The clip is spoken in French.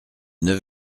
neuf